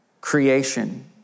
creation